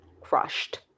crushed